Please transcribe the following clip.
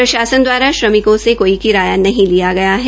प्रशासन दवारा श्रमिकों से काई किराया नहीं लिया गया है